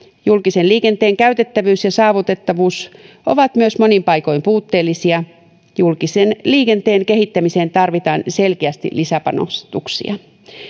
julkisen liikenteen käytettävyys ja saavutettavuus ovat myös monin paikoin puutteellisia julkisen liikenteen kehittämiseen tarvitaan selkeästi lisäpanostuksia